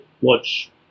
watch